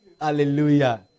Hallelujah